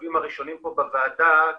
ובשלבים הראשונים פה בוועדה,